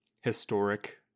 historic